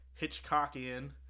hitchcockian